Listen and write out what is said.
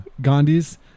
Gandhi's